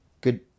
Good